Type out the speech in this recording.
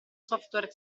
software